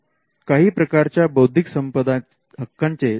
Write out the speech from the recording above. काही प्रकारच्या बौद्धिक संपदा हक्कांचे संरक्षण करण्याची गरज नसते